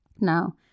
Now